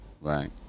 Right